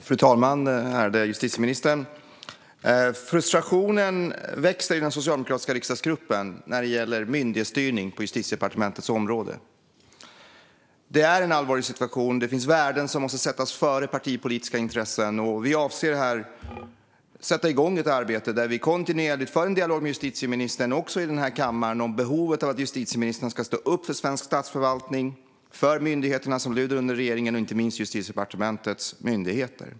Fru talman och ärade justitieministern! Frustrationen växer i den socialdemokratiska riksdagsgruppen när det gäller myndighetsstyrning på Justitiedepartementets område. Det är en allvarlig situation, och det finns värden som måste sättas före partipolitiska intressen. Vi som sitter här avser att sätta igång ett arbete där vi kontinuerligt för en dialog med justitieministern också i den här kammaren om behovet av att han står upp för svensk statsförvaltning, för myndigheterna som lyder under regeringen och inte minst för Justitiedepartementets myndigheter.